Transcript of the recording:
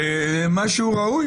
משהו ראוי,